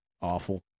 Awful